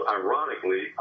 ironically